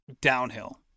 downhill